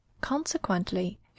Consequently